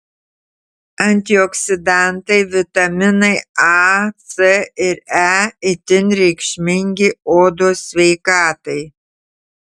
antioksidantai vitaminai a c ir e itin reikšmingi odos sveikatai